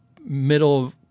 middle